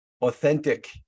authentic